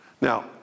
Now